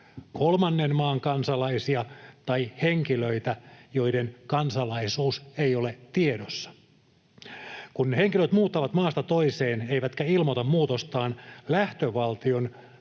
kolmannen maan kansalaisia tai henkilöitä, joiden kansalaisuus ei ole tiedossa. Kun henkilöt muuttavat maasta toiseen eivätkä ilmoita muutostaan, lähtövaltion